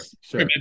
Sure